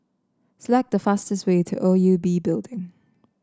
select the fastest way to O U B Building